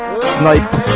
Snipe